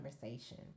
conversation